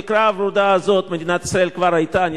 בתקווה הוורודה הזאת מדינת ישראל כבר היתה.